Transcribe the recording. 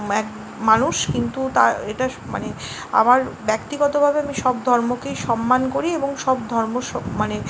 এক মানুষ কিন্তু তার এটা মানে আমার ব্যক্তিগতভাবে আমি সব ধর্মকেই সম্মান করি এবং সব ধর্ম মানে